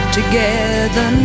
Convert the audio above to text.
together